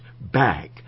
back